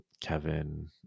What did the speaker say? Kevin